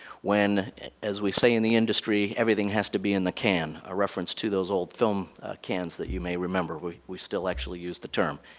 when as we say in the industry, everything has to be in the can, a reference to the old film cans that you may remember, we we still actually use the term,